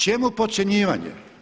Čemu podcjenjivanje?